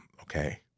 okay